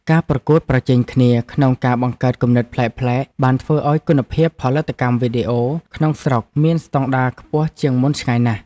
ការប្រកួតប្រជែងគ្នាក្នុងការបង្កើតគំនិតប្លែកៗបានធ្វើឱ្យគុណភាពផលិតកម្មវីដេអូក្នុងស្រុកមានស្តង់ដារខ្ពស់ជាងមុនឆ្ងាយណាស់។